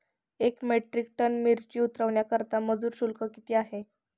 एक metric ton मिरची उतरवण्याकरता मजुर शुल्क किती आहे?